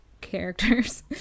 characters